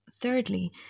thirdly